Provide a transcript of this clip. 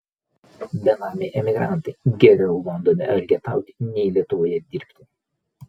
benamiai emigrantai geriau londone elgetauti nei lietuvoje dirbti